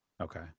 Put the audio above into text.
Okay